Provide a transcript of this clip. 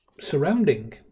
surrounding